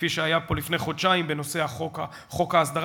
כפי שהיה פה לפני חודשיים בנושא חוק ההסדרה,